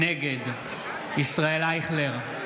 נגד ישראל אייכלר,